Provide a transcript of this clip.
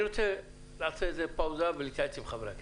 אני רוצה להתייעץ עם חברי הכנסת.